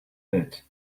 bit